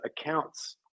accounts